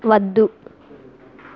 వద్దు